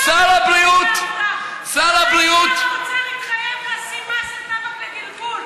מתי שר האוצר התחייב לשים מס על טבק לגלגול?